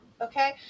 okay